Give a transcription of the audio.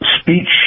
speech